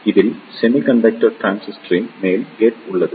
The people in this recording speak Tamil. இதில் செமிகண்டக்டர் டிரான்சிஸ்டரின் மேல் கேட் உள்ளது